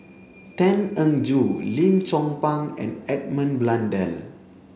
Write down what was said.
Tan Eng Joo Lim Chong Pang and Edmund Blundell